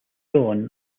dawn